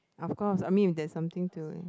of course I mean if there's something to